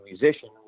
musician